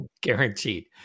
Guaranteed